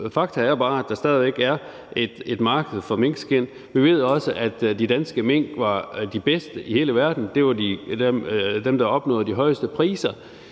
Fakta er bare, at der stadig væk er et marked for minkskind. Vi ved også, at de danske mink var de bedste i hele verden. Det var dem, der opnåede de højeste priser,